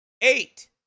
eight